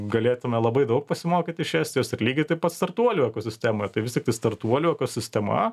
galėtume labai daug pasimokyti iš estijos ir lygiai taip pat startuolių ekosistemoje tai vis tiktai startuolių ekosistema